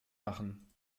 machen